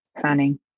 planning